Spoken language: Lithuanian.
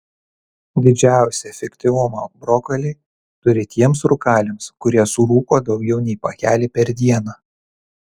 didžiausią efektyvumą brokoliai turi tiems rūkaliams kurie surūko daugiau nei pakelį per dieną